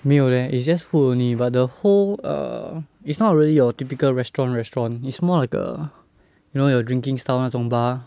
没有 leh it's just food only but the whole err it's not really your typical restaurant restaurant is more like a you know you're drinking style 那种 bar